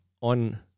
on